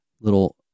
little